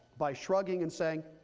by shrugging and saying,